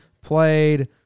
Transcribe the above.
played